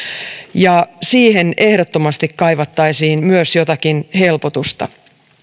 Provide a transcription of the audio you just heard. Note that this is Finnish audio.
ja siihen ehdottomasti kaivattaisiin myös jotakin helpotusta